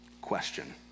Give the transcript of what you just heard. question